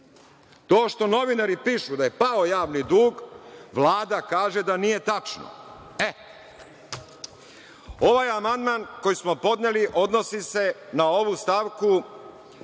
To što novinari pišu da je pao javni dug, Vlada kaže da nije tačno. Ovaj amandman koji smo podneli odnosi se na ovu stavku